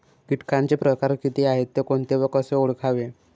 किटकांचे प्रकार किती आहेत, ते कोणते व कसे ओळखावे?